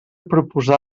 proposar